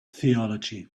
theology